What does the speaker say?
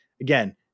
Again